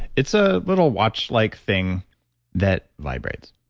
it's a little watch like thing that vibrates.